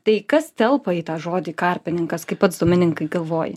tai kas telpa į tą žodį karpininkas kaip pats domininkai galvoji